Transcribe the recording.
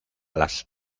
las